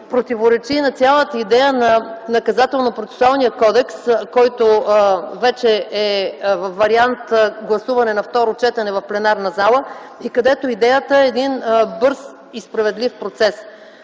противоречи на цялата идея на Наказателно-процесуалния кодекс, който вече е във вариант гласуване на второ четене в пленарната зала и където идеята е за бърз и справедлив процес.